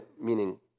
meaning